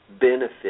benefit